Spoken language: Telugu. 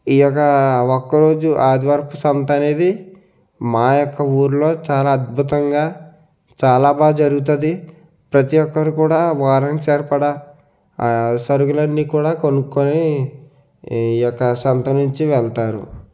ఈ ఒక ఒక్కరోజు ఆదివారపు సంత అనేది మా యొక్క ఊర్లో చాలా అద్భుతంగా చాలా బాగా జరుగుతుంది ప్రతి ఒక్కరు కూడా వారం సరిపడ ఆ సరుకులన్నీ కూడా కొనుక్కొని ఈ యొక్క సంత నుంచి వెళ్తారు